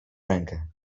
rękę